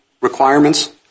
requirements